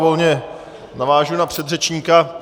Volně navážu na předřečníka.